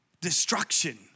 destruction